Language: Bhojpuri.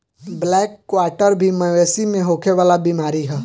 ब्लैक क्वाटर भी मवेशी में होखे वाला बीमारी ह